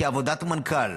כעבודת מנכ"ל,